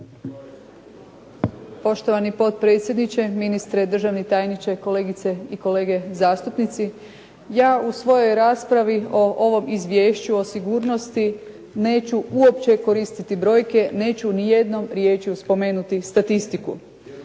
Poštovani potpredsjedniče, ministre, državni tajniče, kolegice i kolege zastupnici. Ja u svojoj raspravi o ovom izvješću o sigurnosti neću uopće koristiti brojke, neću nijednom riječju spomenuti statistiku.